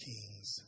Kings